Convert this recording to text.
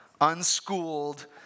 unschooled